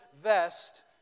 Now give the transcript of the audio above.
vest